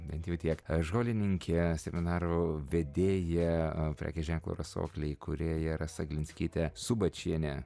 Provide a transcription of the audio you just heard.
bent jau tiek žolininkė seminarų vedėja prekės ženklo rasoklė įkūrėja rasa glinskytė subačienė